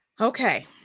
okay